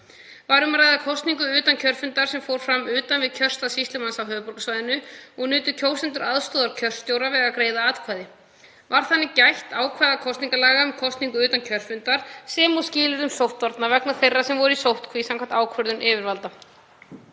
Var um að ræða kosningu utan kjörfundar sem fór fram fyrir utan kjörstað sýslumanns á höfuðborgarsvæðinu og nutu kjósendur aðstoðar kjörstjóra við að greiða atkvæði. Var þannig gætt ákvæða kosningalaga um kosningu utan kjörfundar sem og skilyrða sóttvarna vegna þeirra sem voru í sóttkví samkvæmt ákvörðun yfirvalda.